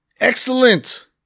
Excellent